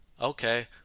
okay